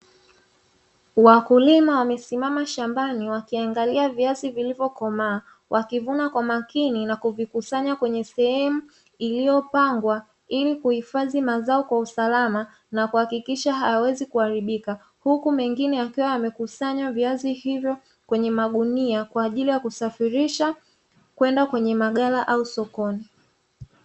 Wakulima wamesimama shambani wakiangalia viazi vilivyokomaa, wakivuna kwa makini na kuvikusanya kwenye sehemu iliyopangwa ili kuhifadhi mazao kwa usalama na kuhakikisha hayawezi kuharibika, huku mengine yakiwa yamekusanya viazi hivyo kwenye magunia kwa ajili ya kusafirisha kwenda kwenye maghala au sokoni.